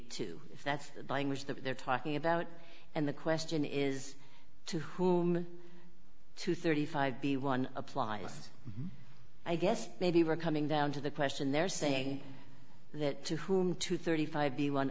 two that's the language that they're talking about and the question is to whom two thirty five b one applies i guess maybe we're coming down to the question they're saying that to whom two thirty five